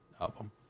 album